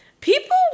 People